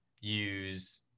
use